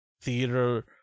theater